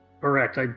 Correct